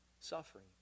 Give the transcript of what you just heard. Suffering